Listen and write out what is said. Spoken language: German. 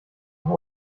noch